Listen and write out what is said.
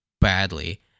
badly